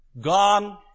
gone